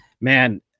man